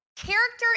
Character